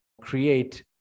create